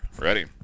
Ready